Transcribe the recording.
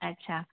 अच्छा